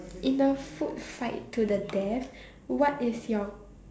in a food fight to the death what is your